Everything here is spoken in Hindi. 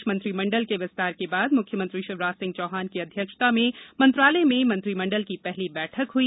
प्रदेष मंत्रिमंडल के विस्तार के बाद मुख्यमंत्री शिवराज सिंह चौहान की अध्यक्षता में मंत्रालय में मंत्रिमंडल की पहली बैठक हुई